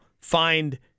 find